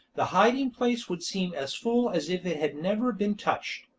the hiding place would seem as full as if it had never been touched.